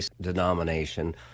denomination